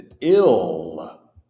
ill